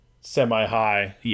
semi-high